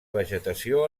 vegetació